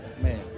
Man